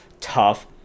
tough